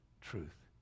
truth